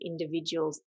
individuals